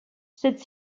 cette